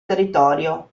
territorio